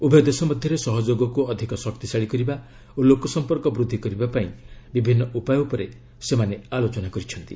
ଉଭୟ ଦେଶ ମଧ୍ୟରେ ସହଯୋଗକୁ ଅଧିକ ଶକ୍ତିଶାଳୀ କରିବା ଓ ଲୋକ ସମ୍ପର୍କ ବୃଦ୍ଧି କରିବା ପାଇଁ ବିଭିନ୍ନ ଉପାୟ ଉପରେ ସେମାନେ ଆଲୋଚନା କରିଛନ୍ତି